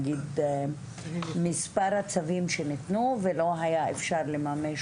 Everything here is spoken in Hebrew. נגיד מספר הצווים שניתנו ולא היה אפשר לממש